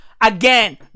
Again